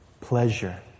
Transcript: Pleasure